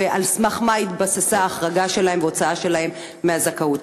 על סמך מה התבססה ההחרגה שלהם וההוצאה שלהם מזכאות?